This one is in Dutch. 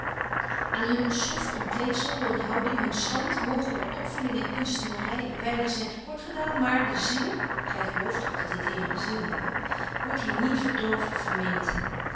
aan hun stoffelijk omkleedsel hun houding hun stand moge door opvulling en kunstenarij een weinig zijn te kort gedaan maar de ziel gij gelooft toch dat de dieren een ziel hebben wordt hier niet verdoofd of verminkt